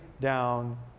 down